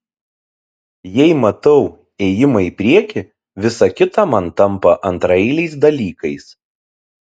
jei matau ėjimą į priekį visa kita man tampa antraeiliais dalykais